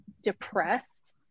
depressed